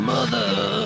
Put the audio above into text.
Mother